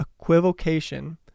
equivocation